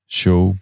show